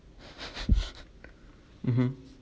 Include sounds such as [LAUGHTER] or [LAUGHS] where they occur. [LAUGHS] mmhmm